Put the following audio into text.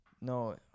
No